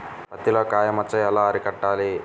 పత్తిలో కాయ మచ్చ ఎలా అరికట్టాలి?